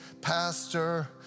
pastor